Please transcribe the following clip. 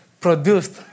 produced